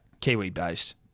Kiwi-based